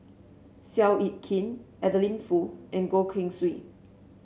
Seow Yit Kin Adeline Foo and Goh Keng Swee